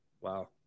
Wow